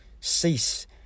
Cease